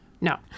No